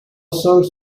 songs